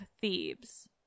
Thebes